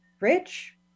rich